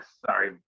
Sorry